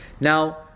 Now